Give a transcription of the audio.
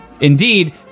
Indeed